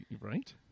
right